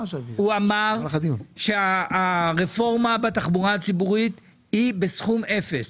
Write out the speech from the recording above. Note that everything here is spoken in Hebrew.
הוא אמר שהרפורמה בתחבורה הציבורית היא בסכום אפס,